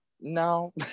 no